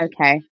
Okay